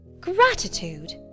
Gratitude